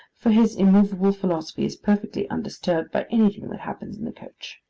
for his immovable philosophy is perfectly undisturbed by anything that happens in the coach.